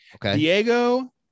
Diego